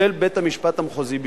של בית-המשפט המחוזי.